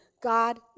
God